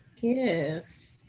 Yes